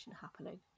happening